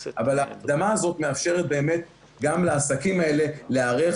אבל הקדמה הזאת מאפשרת באמת גם לעסקים האלה להיערך